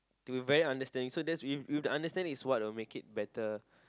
to be very understanding so that's you you have to understand it's what will make it better